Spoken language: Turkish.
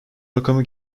rakamı